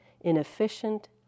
inefficient